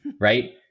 Right